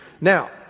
Now